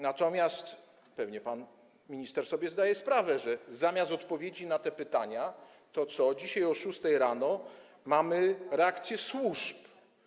Natomiast pewnie pan minister sobie zdaje sprawę, że zamiast odpowiedzi na te pytania dzisiaj o szóstej rano mamy reakcję służb.